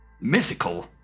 Mythical